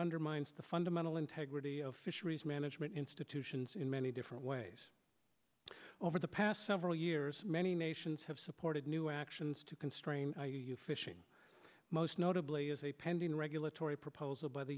undermines the fundamental integrity of fisheries management institutions in many different ways over the past several years many nations have supported new actions to constrain fishing most notably is a pending regulatory proposal by the